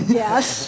yes